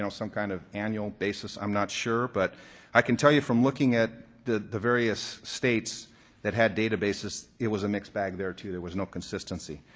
some kind of annual basis? i'm not sure, but i can tell you from looking at the the various states that had databases, it was a mixed bag there too. there was no consistency.